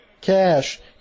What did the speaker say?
Cash